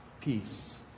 peace